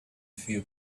few